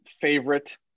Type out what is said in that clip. favorite